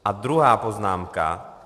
A druhá poznámka.